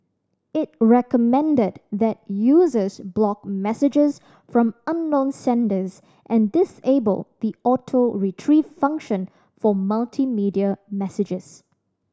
it recommended that users block messages from unknown senders and disable the Auto Retrieve function for multimedia messages